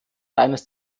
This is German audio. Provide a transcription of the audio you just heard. reines